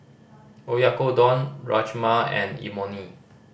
Oyakodon Rajma and Imoni